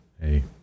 hey